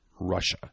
Russia